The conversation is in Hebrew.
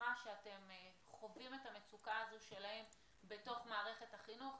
בטוחה שאתם חווים את המצוקה הזאת שלהם בתוך מערכת החינוך,